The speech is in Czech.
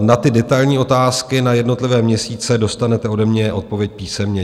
Na detailní otázky na jednotlivé měsíce dostanete ode mě odpověď písemně.